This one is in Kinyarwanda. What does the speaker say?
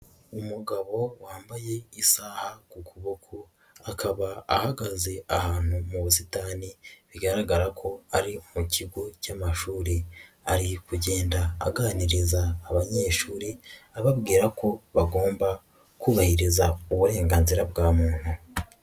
Umugabo wambaye isaha ku kuboko, akaba ahagaze ahantu mu busitani, bigaragara ko ari mu kigo cyamashuri, ari kugenda aganiriza abanyeshuri, ababwira ko bagomba kubahiriza uburenganzira bwa muntu.